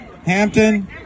Hampton